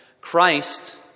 Christ